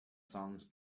songs